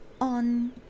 on